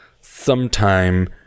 sometime